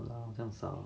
!walao! 这样少